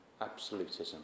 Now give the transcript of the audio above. absolutism